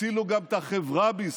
הצילו גם את החברה בישראל: